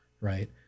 right